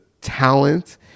talent